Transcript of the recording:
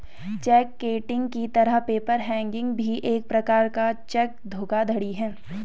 check kiting की तरह paper hanging भी एक प्रकार का चेक धोखाधड़ी है